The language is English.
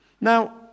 Now